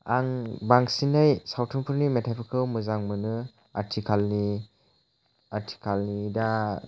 आं बांसिनै सावथुनफोरनि मेथाइफोरखौ मोजां मोनो आथिखालनि आथिखालनि दा